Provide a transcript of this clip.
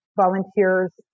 volunteers